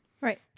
Right